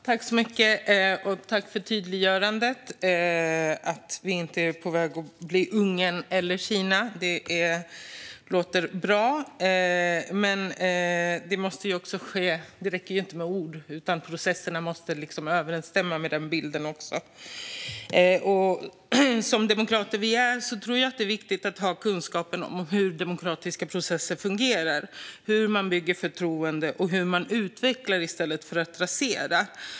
Herr talman! Jag tackar för tydliggörandet att Sverige inte är på väg att bli Ungern eller Kina. Det låter bra. Men det räcker inte med ord, utan processerna måste överensstämma med den bilden. Som de demokrater vi är anser vi att det är viktigt att ha kunskapen om hur demokratiska processer fungerar, hur man bygger förtroende och hur man utvecklar i stället för att rasera.